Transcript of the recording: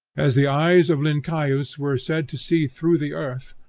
as the eyes of lyncaeus were said to see through the earth,